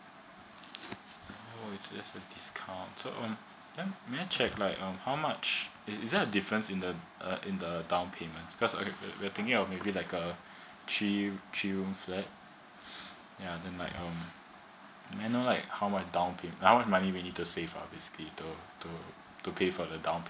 oh is a discount so um may I check like um how much is there a difference in the uh in the the down payment because uh if we're thinking of maybe like a three three room flat ya then like um may i know like how much down payment how much money we need to save uh basically to to to pay for the down payment